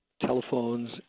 telephones